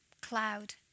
cloud